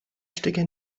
stecker